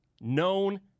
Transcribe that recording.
known